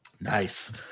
Nice